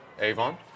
Avon